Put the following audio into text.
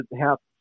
half